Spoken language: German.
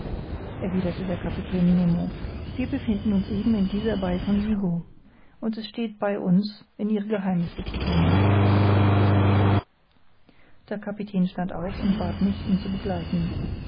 erwiderte der kapitän nemo wir befinden uns eben in dieser bai von vigo und es steht bei uns in ihre geheimnisse zu dringen der kapitän stand auf und bat mich ihn zu begleiten